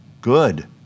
Good